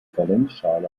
valenzschale